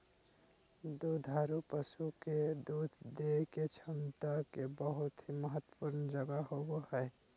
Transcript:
दुधारू पशु के दूध देय के क्षमता के बहुत ही महत्वपूर्ण जगह होबय हइ